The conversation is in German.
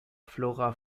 flora